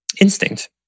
instinct